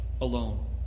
alone